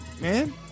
man